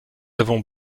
avons